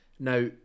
Now